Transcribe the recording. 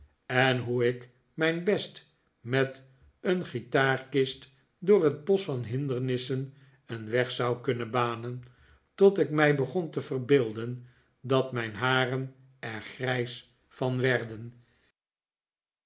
en hoe ik mij best met een guitaarkist door het bosch van hindernissen een weg zou kunnen banen tot ik mij begon te verbeelden dat mijn haren er grijs van werden